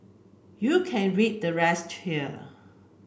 you can read the rest here